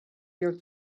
your